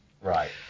Right